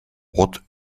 what